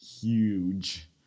Huge